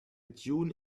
tune